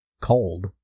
cold